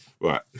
right